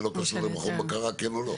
לא יטפל במשהו שלא קשור למכון בקרה כן או לא?